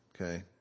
Okay